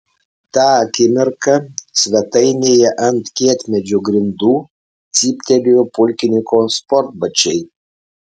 tą akimirką svetainėje ant kietmedžio grindų cyptelėjo pulkininko sportbačiai